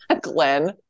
Glenn